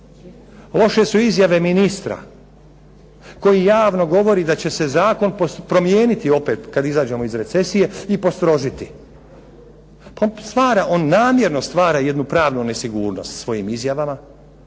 Loše su izjave ministra koji javno govori da će se zakon promijeniti opet kad izađemo iz recesije i postrožiti. On stvara, on namjerno stvara jednu pravnu nesigurnost svojim izjavama,